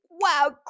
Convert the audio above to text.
wow